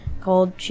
called